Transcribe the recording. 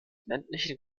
ländlichen